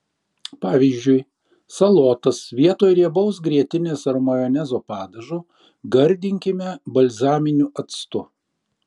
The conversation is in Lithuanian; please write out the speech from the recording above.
pavyzdžiui salotas vietoj riebaus grietinės ar majonezo padažo gardinkime balzaminiu actu